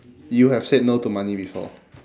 you have said no to money before